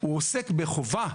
הוא עוסק בחובה,